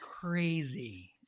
crazy